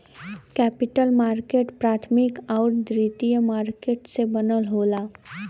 capital market प्राथमिक आउर द्वितीयक मार्केट से बनल होला